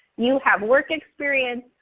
you have work experience,